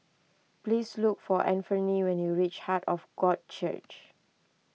please look for Anfernee when you reach Heart of God Church